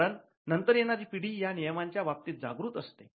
कारण नंतर येणारी पिढी या नियमांच्या बाबतीत जागृत असते